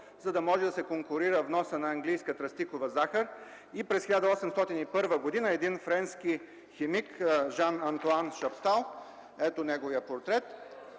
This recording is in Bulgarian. за да може да се конкурира вносът на английска тръстикова захар. През 1801 г. един френски химик – Жан-Антоан Шаптал, ето неговия портрет